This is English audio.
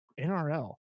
NRL